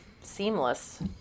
seamless